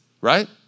right